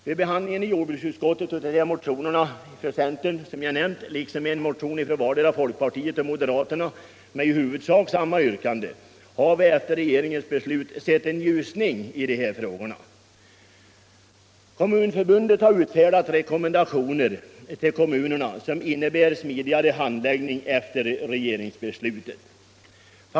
| Vid jordbruksutskottets behandling av de centermotioner som jag nämnde, liksom en motion från vartdera folkpartiet och moderata samlingspartiet med i huvudsak samma yrkande, har vi efter regeringens beslut sett en ljusning i de här frågorna. Kommunförbundet har också utfärdat rekommendationer till kommunerna, som efter regeringsbeslutet innebär en smidigare handläggning.